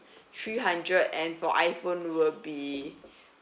three hundred and for iphone will be